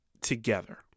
together